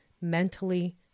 mentally